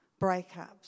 breakups